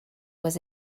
was